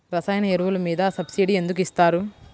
రసాయన ఎరువులు మీద సబ్సిడీ ఎందుకు ఇస్తారు?